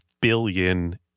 billion